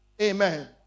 Amen